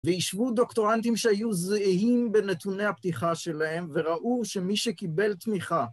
וישבו דוקטורנטים שהיו זהיים בנתוני הפתיחה שלהם וראו שמי שקיבל תמיכה